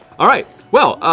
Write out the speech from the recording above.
all right. well,